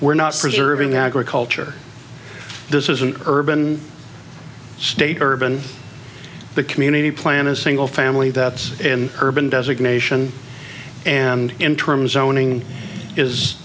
we're not preserving agriculture this is an urban state urban the community plan a single family that's in urban designation and in terms owning is